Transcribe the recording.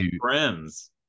friends